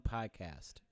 Podcast